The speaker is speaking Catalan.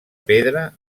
pedra